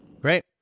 Great